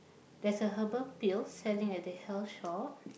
there's a herbal pill selling at the health shop